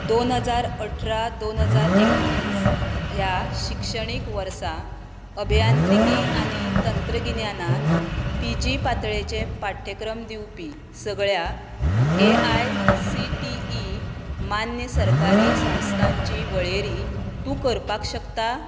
दोन हजार अठरा दोन हजार एकोणीस ह्या शिक्षणीक वर्सा अभियांत्रिकी आनी तंत्रगिन्यानांत पी जी पातळेचे पाठ्यक्रम दिवपी सगळ्या A I C T E मान्य सरकारी सोंस्थांची वळेरी तूं करपाक शकता